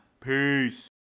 Peace